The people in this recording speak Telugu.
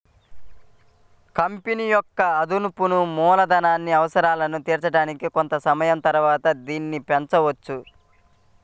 కంపెనీ యొక్క అదనపు మూలధన అవసరాలను తీర్చడానికి కొంత సమయం తరువాత దీనిని పెంచొచ్చు